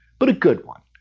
but a good one.